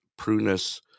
prunus